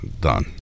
Done